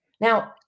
Now